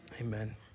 Amen